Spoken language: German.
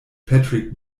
patrick